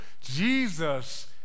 Jesus